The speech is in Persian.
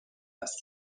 است